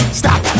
stop